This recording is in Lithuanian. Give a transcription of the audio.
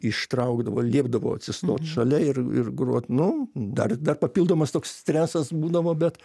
ištraukdavo liepdavo atsistot šalia ir ir grot nu dar dar papildomas toks stresas būdavo bet